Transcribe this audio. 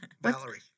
Valerie